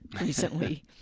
recently